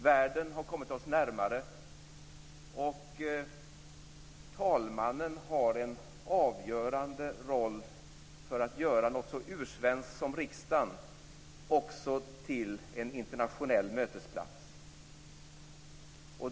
Världen har kommit oss närmare, och talmannen har en avgörande roll för att göra något så ursvenskt som riksdagen också till en internationell mötesplats.